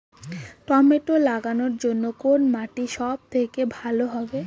Tomato লাগানোর জন্যে কোন মাটি সব থেকে ভালো হবে?